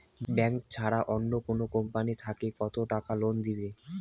Bank ছাড়া অন্য কোনো কোম্পানি থাকি কত টাকা লোন দিবে?